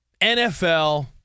NFL